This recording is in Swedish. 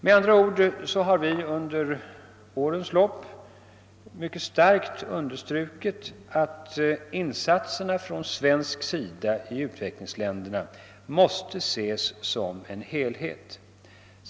Vi har under årens lopp mycket starkt understrukit att insatserna från svensk sida i utvecklingsländerna mås te ses som en helhet.